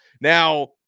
Now